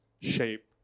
shape